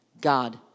God